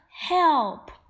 Help